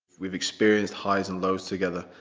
we've experienced highs and lows together,